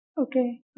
Okay